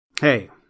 Hey